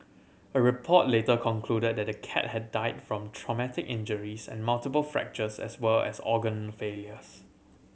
a report later concluded that the cat had died from traumatic injuries and multiple fractures as well as organ failures